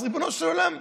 אז ריבונו של עולם,